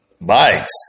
Bikes